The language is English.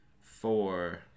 four